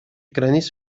границ